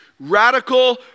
Radical